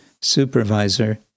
supervisor